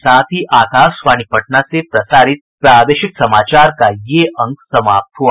इसके साथ ही आकाशवाणी पटना से प्रसारित प्रादेशिक समाचार का ये अंक समाप्त हुआ